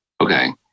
Okay